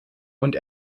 und